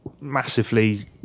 massively